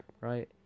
right